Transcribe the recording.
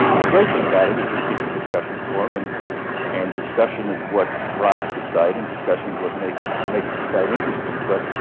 the great thing about it is that it's a discussion forum, and and discussion is what drives the site and discussion's what makes makes the site interesting, but